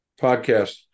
podcast